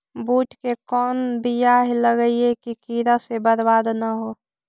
बुंट के कौन बियाह लगइयै कि कीड़ा से बरबाद न हो?